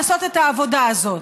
לעשות את העבודה הזאת.